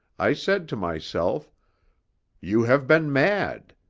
i said to myself you have been mad.